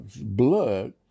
blood